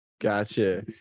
gotcha